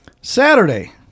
saturday